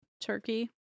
Turkey